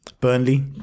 Burnley